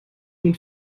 nun